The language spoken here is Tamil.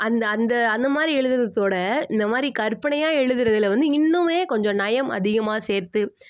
அந்த அந்த அந்த மாதிரி எழுதுறதோட இந்த மாதிரி கற்பனையாக எழுதுறதுல வந்து இன்னுமே கொஞ்சம் நயம் அதிகமாக சேர்த்து